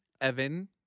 Evan